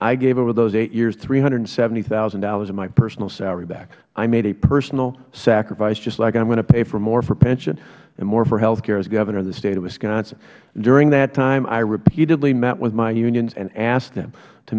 i gave over those eight years three hundred and seventy thousand dollars of my personal salary back i made a personal sacrifice just like i am going to pay for more for pension and more for health care as governor of the state of wisconsin during that time i repeatedly met with my unions and asked them to